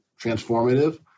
transformative